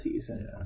season